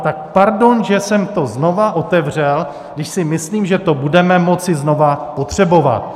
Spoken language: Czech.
Tak pardon, že jsem to znova otevřel, když si myslím, že to budeme moci znova potřebovat.